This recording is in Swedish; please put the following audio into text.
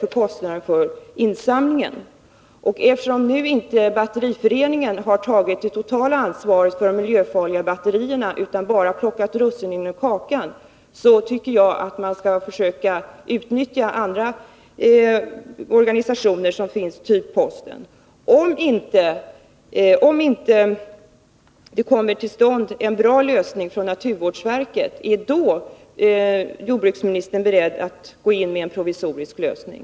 Med tanke på att Batteriföreningen nu inte har tagit det totala ansvaret för insamlingen av de miljöfarliga batterierna utan bara plockat russinen ur kakan, tycker jag att man skall försöka utnyttja andra organisationer som finns, av postens typ. Om det inte kommer till stånd en bra ordning genom insatser från naturvårdsverket, är jordbruksministern då beredd att genomföra en provisorisk lösning?